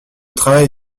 travail